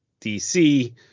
DC